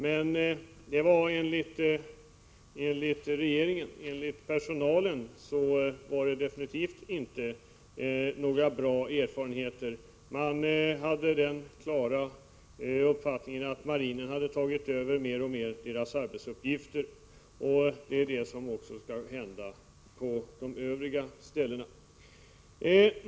Men det var enligt regeringen. Personalen hade absolut inte några goda erfarenheter. Personalen hade den klara uppfattningen att marinen hade tagit över mer och mer av arbetsuppgifterna, och det är det som också skall hända på de övriga ställena.